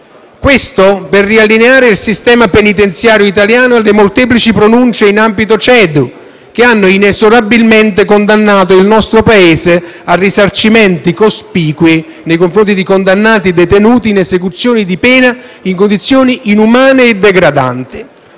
Questo mira a riallineare il sistema penitenziario italiano alle molteplici pronunce in ambito CEDU (Corte europea dei diritti dell'uomo), che hanno inesorabilmente condannato il nostro Paese a risarcimenti cospicui nei confronti di condannati detenuti in esecuzione di pena in condizioni inumane e degradanti,